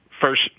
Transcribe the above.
first